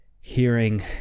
hearing